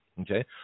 Okay